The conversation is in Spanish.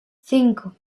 cinco